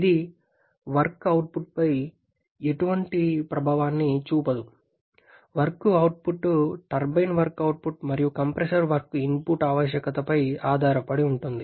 ఇది వర్క్ అవుట్పుట్పై ఎటువంటి ప్రభావాన్ని చూపదు work output turbine work output మరియు కంప్రెసర్ వర్క్ ఇన్పుట్ ఆవశ్యకతపై ఆధారపడి ఉంటుంది